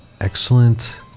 Excellent